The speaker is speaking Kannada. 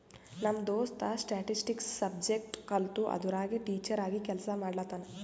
ನಮ್ ದೋಸ್ತ ಸ್ಟ್ಯಾಟಿಸ್ಟಿಕ್ಸ್ ಸಬ್ಜೆಕ್ಟ್ ಕಲ್ತು ಅದುರಾಗೆ ಟೀಚರ್ ಆಗಿ ಕೆಲ್ಸಾ ಮಾಡ್ಲತಾನ್